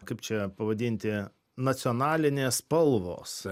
kaip čia pavadinti nacionalinės spalvos